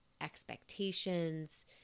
expectations